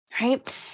right